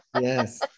Yes